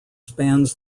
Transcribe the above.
spans